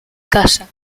casa